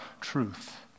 truth